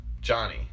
Johnny